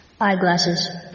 Eyeglasses